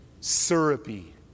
syrupy